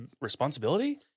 responsibility